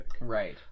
Right